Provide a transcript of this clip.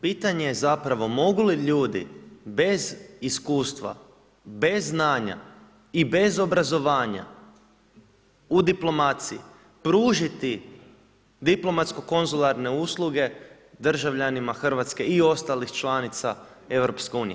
Pitanje je zapravo, mogu li ljudi bez iskustva, bez znanja i bez obrazovanja, u diplomaciji pružiti diplomatsko konzularne usluge državljanima Hrvatske i ostalih članica EU?